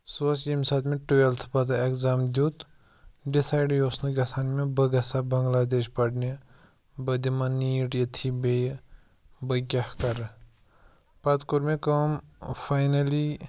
سُہ اوس ییٚمہِ ساتہٕ مےٚ ٹُوٮ۪لتھٕ پَتہٕ اٮ۪گزام دیُت ڈِسایڈٕے اوس نہٕ گژھان مےٚ بہٕ گژھا بَنٛگلادیش پَرنہِ بہٕ دِمَہ نیٖٹ ییٚتھی بیٚیہِ بہٕ کیٛاہ کَرٕ پَتہٕ کوٚر مےٚ کٲم فاینٔلی